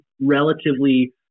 relatively